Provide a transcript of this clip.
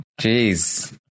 Jeez